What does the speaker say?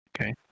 Okay